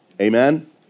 Amen